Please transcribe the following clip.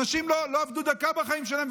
אנשים לא עבדו דקה בחיים שלהם,